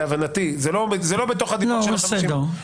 להבנתי, הוא לא בתוך הדיון --- בסדר.